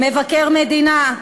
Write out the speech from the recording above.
מבקר מדינה,